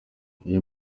iyo